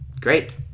Great